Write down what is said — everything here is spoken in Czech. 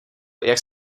jak